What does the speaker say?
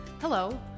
Hello